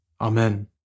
Amen